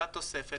לתוספת.